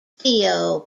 dio